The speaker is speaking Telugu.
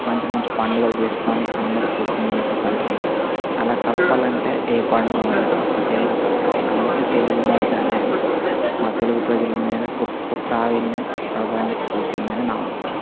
మంచి మంచి పండుగలు చేసుకుని అందరూ కుటుంబాలతో కలిసి ఉంటారు అలా కలపాలంటే ఏ పండుగా ఉండదు ఒక్క తెలుగు తప్పా అందుచే తెలుగు భాష అనేది మా తెలుగు ప్రజల మీద గొప్ప ప్రావీణ్యం ప్రభావం చూపిందని నా ఉద్దేశం